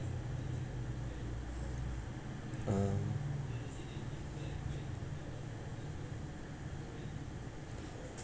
uh